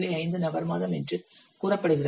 8 நபர் மாதம் என்று கூறப்படுகிறது